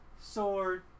sword